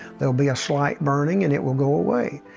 there will be a slight burning, and it will go away.